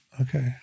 Okay